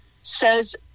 says